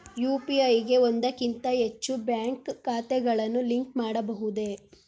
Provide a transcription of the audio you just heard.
UPI ಗೆ ಒಂದಕ್ಕಿಂತ ಹೆಚ್ಚು ಬ್ಯಾಂಕ್ ಖಾತೆಗಳನ್ನು ಲಿಂಕ್ ಮಾಡಬಹುದೇ?